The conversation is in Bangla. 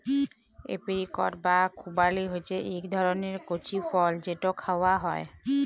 এপিরিকট বা খুবালি হছে ইক রকমের কঁচি ফল যেট খাউয়া হ্যয়